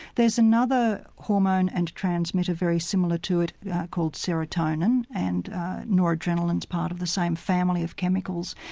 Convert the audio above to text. there's another hormone and transmitter very similar to it called serotonin and noradrenaline is part of the same family of chemicals.